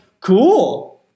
cool